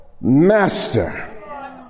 master